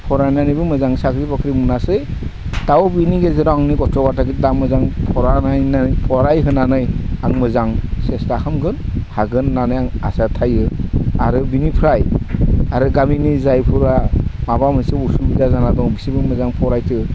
फरायनानैबो मोजां साख्रि बाख्रि मोनासै दाबो बिनि गेजेराव आंनि गथ' गथाइफोरखौ मोजां फरायहोनानै आं मोजां सेसथा खालामगोन हागोन होननानै आं आसा थायो आरो बिनिफ्राय आरो गामिनि जायफोरा माबा मोनसे उसुबिदा जाना दं बिसोरो मोजां फरायथो